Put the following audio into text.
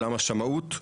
עולם השמאות,